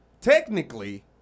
technically